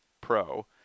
pro